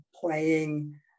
playing